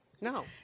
No